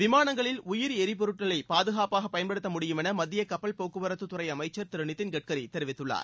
விமானங்களில் உயிரி எரிப்பொருளை பாதுகாப்பாக பயன்படுத்த முடியும் என மத்திய கப்பல் போக்குவரத்துத் துறை அமைச்சர் திரு நிதின் கட்கரி தெரிவித்துள்ளார்